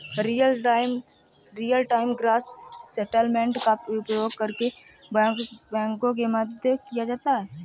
Real time gross settlement का प्रयोग कौन से बैंकों के मध्य किया जाता है?